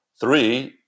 Three